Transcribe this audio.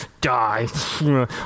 die